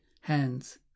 hands